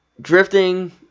drifting